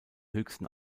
höchsten